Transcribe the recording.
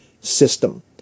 system